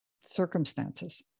circumstances